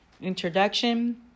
Introduction